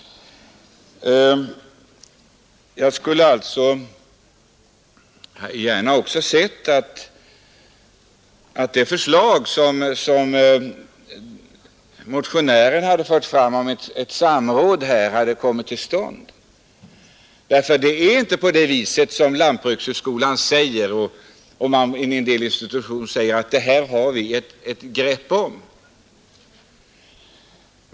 Jag skulle alltså gärna ha sett att det samråd som motionärerna föreslår hade kommit till stånd. Det förhåller sig nämligen inte på det viset som lantbrukshögskolan och en del andra institutioner säger, att man har ett grepp om detta.